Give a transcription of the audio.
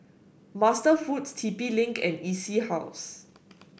MasterFoods T P Link and E C House